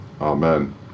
Amen